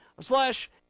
slash